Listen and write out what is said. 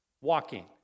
walking